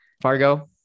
Fargo